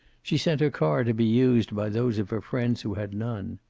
she sent her car to be used by those of her friends who had none.